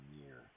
year